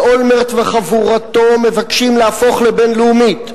שאולמרט וחבורתו מבקשים להפוך לבין-לאומית,